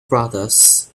brothers